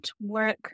work